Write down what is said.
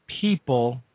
people